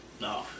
No